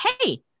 hey